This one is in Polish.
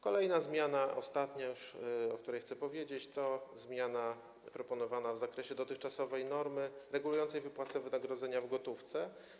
Kolejna zmiana, już ostatnia, o której chcę powiedzieć, to zmiana proponowana w zakresie dotychczasowej normy regulującej wypłatę wynagrodzenia w gotówce.